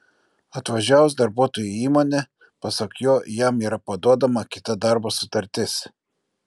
atvažiavus darbuotojui į įmonę pasak jo jam yra paduodama kita darbo sutartis